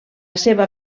seva